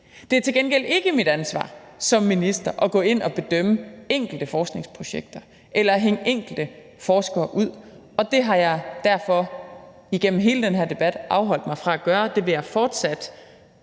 Det er til gengæld ikke mit ansvar som minister at gå ind og bedømme enkelte forskningsprojekter eller hænge enkelte forskere ud, og det har jeg derfor igennem hele den her debat afholdt mig fra at gøre. Det vil jeg fortsat